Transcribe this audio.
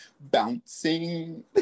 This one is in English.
bouncing